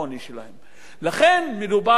לכן מדובר ב-game changer.